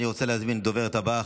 אני רוצה להזמין את הדוברת הבאה,